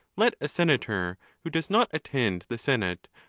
let a senator who does not attend the senate,